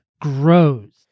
grows